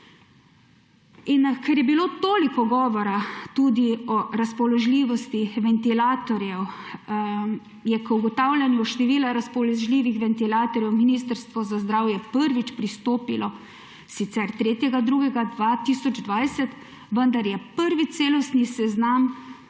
Ker je bilo toliko govora tudi o razpoložljivosti ventilatorjev, je k ugotavljanju števila razpoložljivih ventilatorjev Ministrstvo za zdravje prvič pristopilo sicer 3. 2. 2020, vendar je prvi celostni seznam